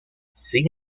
sin